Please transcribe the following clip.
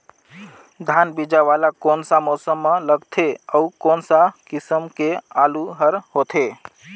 धान बीजा वाला कोन सा मौसम म लगथे अउ कोन सा किसम के आलू हर होथे?